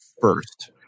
first